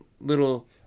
little